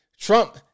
Trump